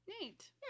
neat